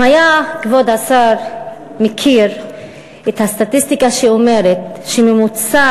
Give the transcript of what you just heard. אם היה כבוד השר מכיר את הסטטיסטיקה שאומרת שממוצע